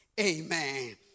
Amen